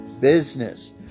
business